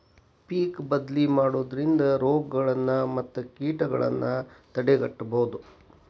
ಪಿಕ್ ಬದ್ಲಿ ಮಾಡುದ್ರಿಂದ ರೋಗಗಳನ್ನಾ ಮತ್ತ ಕೇಟಗಳನ್ನಾ ತಡೆಗಟ್ಟಬಹುದು